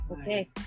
okay